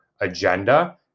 agenda